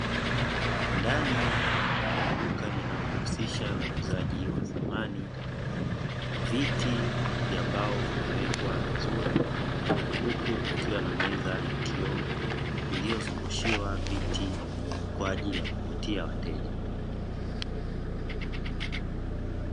Ndani ya duka linalojihusisha na uuzaji wa samani viti vya mbao vimewekwa vizuri huku kukiwa na meza ya kioo, iliyozungushiwa viti kwa ajili ya kuvutia wateja.